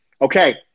okay